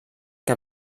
que